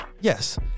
Yes